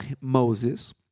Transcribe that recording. Moses